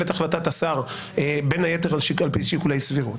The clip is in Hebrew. את החלטת השר בין היתר על פי שיקולי סבירות.